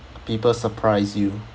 people surprise you